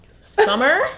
Summer